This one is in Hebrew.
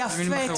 יפה.